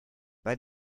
bei